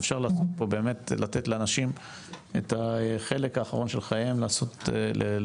אפשר לתת לאנשים לחיות את החלק האחרון של חייהם בכבוד,